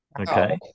Okay